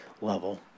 level